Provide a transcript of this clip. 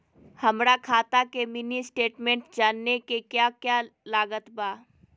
हमरा खाता के मिनी स्टेटमेंट जानने के क्या क्या लागत बा?